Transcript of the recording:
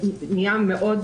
טראומה.